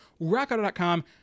RockAuto.com